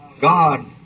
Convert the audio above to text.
God